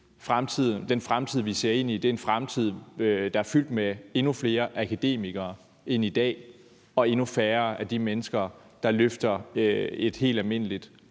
den fremtid, vi ser ind i, er en fremtid, der er fyldt med endnu flere akademikere end i dag og endnu færre af de mennesker, der løfter et helt almindeligt